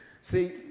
See